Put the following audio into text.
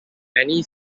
many